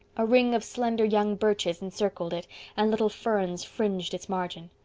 a ring of slender young birches encircled it and little ferns fringed its margin.